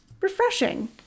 refreshing